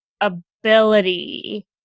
ability